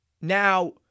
Now